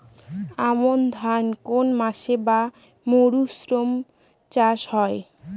আমন ধান কোন মাসে বা মরশুমে চাষ হয়?